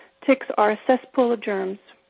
ticks are a cesspool of germs.